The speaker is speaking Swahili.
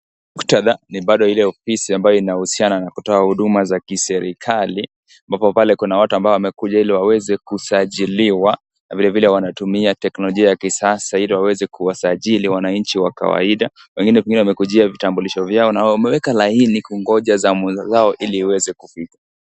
Muktadha ni bado ile ofisi inayohusiana na kutoa huduma za kiserikali ambapo pale kuna watu wamekuja iliwaweze kusajiliwa na vilevile wanatumia teknolojia ya kisasa iliwaweze kuwasajili wananchi wa kawaida, wengine pengine wamekujia vitambulisho vyao na wameweka laini ili kungoja zamu zao ili iweze kufika.